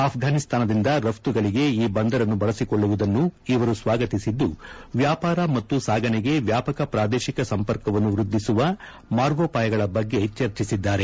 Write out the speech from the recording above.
ಅಪ್ಕಾನಿಸ್ತಾನದಿಂದ ರಫ್ತುಗಳಿಗೆ ಈ ಬಂದರನ್ನು ಬಳಿಸಿಕೊಳ್ಳುವುದನ್ನು ಇವರು ಸ್ವಾಗತಿಸಿದ್ದು ವ್ಯಾಪಾರ ಮತ್ತು ಸಾಗಣೆಗೆ ವ್ಯಾಪಕ ಪ್ರಾದೇಶಿಕ ಸಂಪರ್ಕವನ್ನು ವೃದ್ಧಿಸುವ ಮಾರ್ಗೊಪಾಯಗಳ ಬಗ್ಗೆ ಚರ್ಚಿಸಿದ್ದಾರೆ